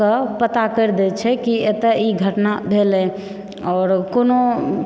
के पता करि दै छै कि एतय ई घटना भेल है आओर कोनो